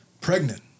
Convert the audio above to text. pregnant